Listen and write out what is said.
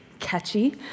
catchy